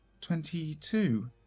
Twenty-two